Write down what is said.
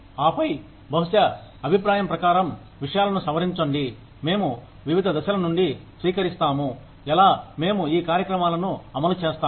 ఆపై బహుశా అభిప్రాయం ప్రకారం విషయాలను సవరించండి మేము వివిధ దశల నుండి స్వీకరిస్తాము ఎలా మేము ఈ కార్యక్రమాలను అమలు చేస్తాము